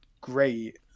great